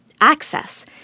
Access